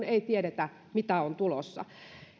ei tiedetä mitä on tulossa